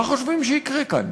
מה חושבים שיקרה כאן?